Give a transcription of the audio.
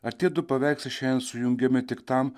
ar tie du paveikslai šiandien sujungiami tik tam